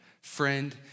friend